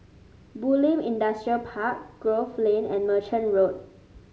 Bulim Industrial Park Grove Lane and Merchant Road